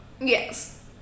Yes